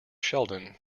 sheldon